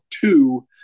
two